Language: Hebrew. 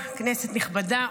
כנסת נכבדה,